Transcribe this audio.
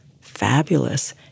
fabulous